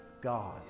God